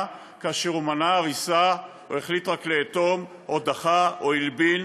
כאשר הוא מנע הריסה או החליט רק לאטום או דחה או הלבין?